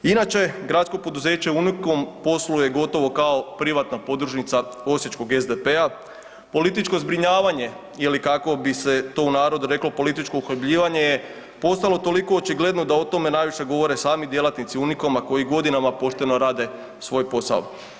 Inače gradsko poduzeće „Unikoma“ posluje gotovo kao privatna podružnica osječkog SDP-a, političko zbrinjavanje ili kako bi se to u narodu reklo političko uhljebljivanje je postalo toliko očigledno da o tome najviše govore sami djelatnici „Unikoma“ koji godinama pošteno rade svoj posao.